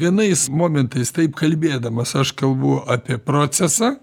vienais momentais taip kalbėdamas aš kalbu apie procesą